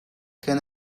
can